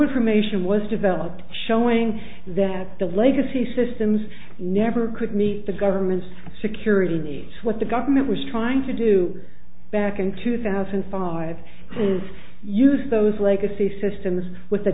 information was developed showing that the legacy systems never could meet the government's security needs what the government was trying to do back in two thousand five hundred is use those legacy systems with the